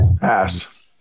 Pass